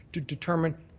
to determine,